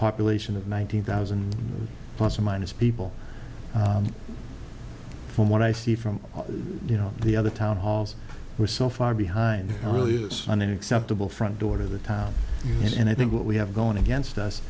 population of one hundred thousand plus or minus people from what i see from you know the other town halls we're so far behind really is unacceptable front door to the town and i think what we have going against us